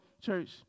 church